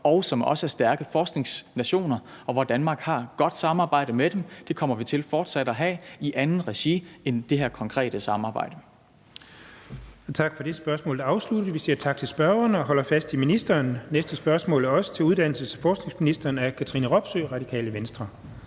og som også er stærke forskningsnationer, og som Danmark har et godt samarbejde med. Det kommer vi fortsat til at have i et andet regi end det her konkrete samarbejde. Kl. 13:38 Den fg. formand (Jens Henrik Thulesen Dahl): Tak for det. Spørgsmålet er afsluttet, og vi siger tak til spørgerne og holder fast i ministeren. Det næste spørgsmål er også til uddannelses- og forskningsministeren, og det er af Katrine Robsøe, Radikale Venstre.